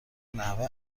نحوه